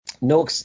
No